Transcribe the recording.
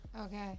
Okay